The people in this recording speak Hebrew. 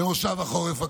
במושב החורף הקרוב.